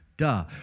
Duh